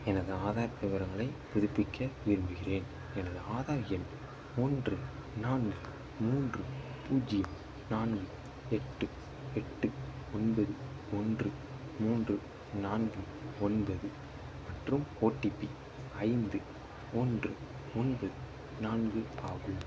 எனது ஆதார் விவரங்களை புதுப்பிக்க விரும்புகிறேன் எனது ஆதார் எண் ஒன்று நான்கு மூன்று பூஜ்ஜியம் நான்கு எட்டு எட்டு ஒன்பது ஒன்று மூன்று நான்கு ஒன்பது மற்றும் ஓடிபி ஐந்து ஒன்று ஒன்பது நான்கு ஆகும்